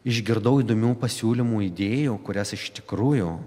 išgirdau įdomių pasiūlymų idėjų kurias iš tikrųjų